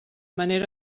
manera